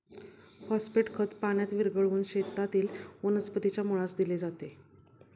phosphate खत पाण्यात विरघळवून शेतातील वनस्पतीच्या मुळास दिले जाते